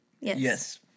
Yes